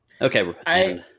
Okay